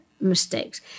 mistakes